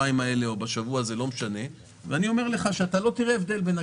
ואני אומר לך שלא תראה הבדל.